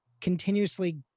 continuously